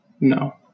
No